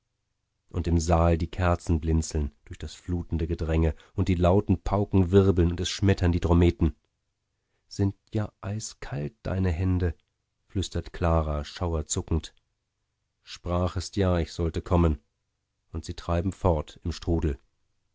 und im saal die kerzen blinzeln durch das flutende gedränge und die lauten pauken wirbeln und es schmettern die trommeten sind ja eiskalt deine hände flüstert clara schauerzuckend sprachest ja ich sollte kommen und sie treiben fort im strudel